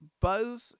Buzz